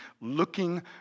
looking